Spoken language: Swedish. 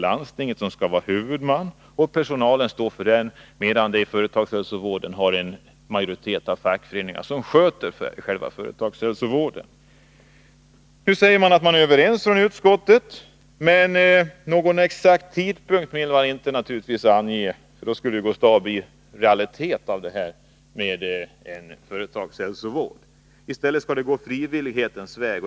Landstinget skall vara huvudman, och landstingets personal skall sköta företagshälsovården, men ansvara inför en kommitté där fackföreningsmedlemmar är i majoritet. Utskottet säger nu att det är överens med oss om målet för utbyggnaden av företagshälsovården, men utskottet vill naturligtvis inte ange någon exakt tidpunkt då målet skall vara uppnått. Då skulle ju företagshälsovården kunna bli en realitet. I stället skall man gå frivillighetens väg.